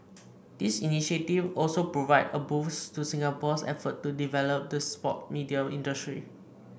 this initiative also provide a boost to Singapore's efforts to develop the sports media industry